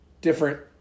different